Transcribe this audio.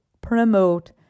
promote